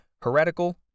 heretical